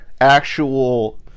actual